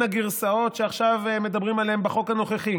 הגרסאות שעכשיו מדברים עליהן בחוק הנוכחי